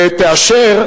ותאשר,